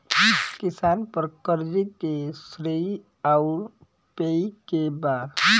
किसान पर क़र्ज़े के श्रेइ आउर पेई के बा?